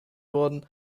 worden